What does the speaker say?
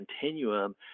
continuum